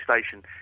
Station